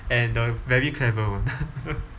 and the very clever one